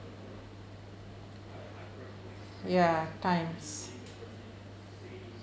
ya times